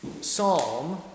psalm